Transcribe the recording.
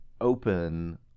open